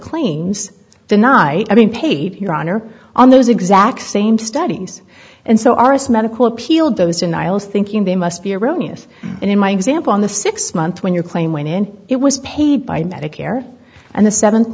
claims the not i mean paid your honor on those exact same studies and so are us medical appealed those denials thinking they must be erroneous in my example on the six month when your claim went in it was paid by medicare and the seventh